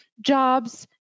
jobs